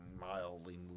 mildly